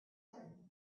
certain